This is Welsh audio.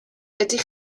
ydych